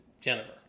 Jennifer